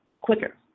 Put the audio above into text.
quicker